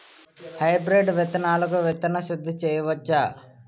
Hybrid విత్తనాలకు విత్తన శుద్ది చేయవచ్చ?